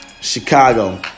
Chicago